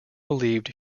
believed